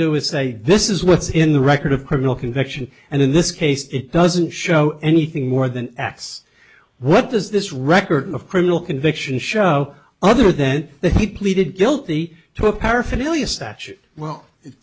do is say this is what's in the record of criminal conviction and in this case it doesn't show anything more than x what does this record of criminal conviction show other then that he pleaded guilty to a paraphernalia statute well it